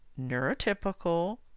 neurotypical